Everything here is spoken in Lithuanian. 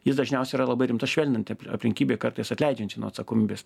jis dažniausiai yra labai rimta švelninanti aplinkybė kartais atleidžianti nuo atsakomybės